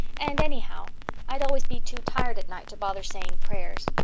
and anyhow i'd always be too tired at night to bother saying prayers.